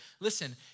listen